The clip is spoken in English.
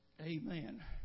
Amen